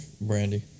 Brandy